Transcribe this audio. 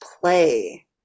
play